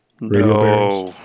No